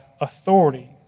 authority